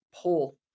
pull